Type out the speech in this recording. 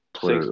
Six